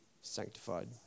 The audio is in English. sanctified